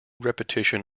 repetition